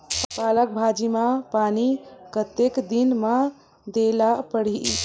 पालक भाजी म पानी कतेक दिन म देला पढ़ही?